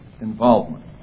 involvement